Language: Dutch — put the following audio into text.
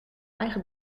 eigen